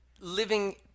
living